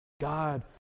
god